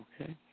okay